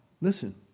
listen